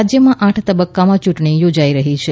રાજયમાં આઠ તબક્કામાં યૂંટણી યોજાઇ રહી છે